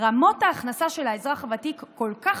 רמות ההכנסה של האזרח הוותיק כל כך